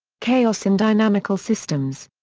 chaos in dynamical systems.